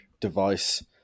device